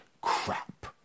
crap